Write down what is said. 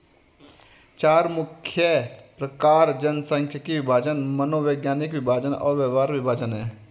चार मुख्य प्रकार जनसांख्यिकीय विभाजन, मनोवैज्ञानिक विभाजन और व्यवहार विभाजन हैं